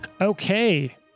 Okay